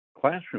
classroom